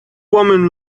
women